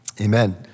Amen